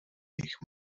jejich